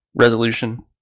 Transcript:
resolution